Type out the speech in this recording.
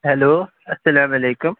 hello اَسَلامَ علیکُم